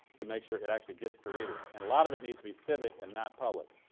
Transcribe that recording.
to make sure it actually gets created, and a lot of it needs to be civic and not public,